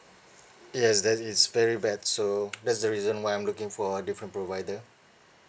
yes that is very bad so that's the reason why I'm looking for a different provider